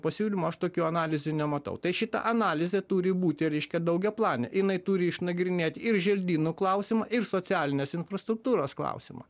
pasiūlymų aš tokių analizių nematau tai šita analizė turi būti reiškia daugiaplanė jinai turi išnagrinėt ir želdynų klausimą ir socialinės infrastruktūros klausimą